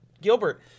Gilbert